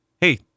Hey